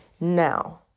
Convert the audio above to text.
now